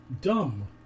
dumb